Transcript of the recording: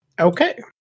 Okay